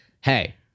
Hey